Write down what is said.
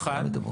חירום.